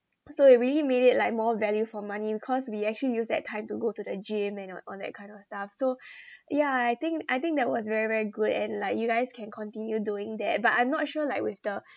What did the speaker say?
so it really made it like more value for money because we actually used that time to go to the gym you know all that kind of stuff so ya I think I think that was very very good and like you guys can continue doing that but I'm not sure like with the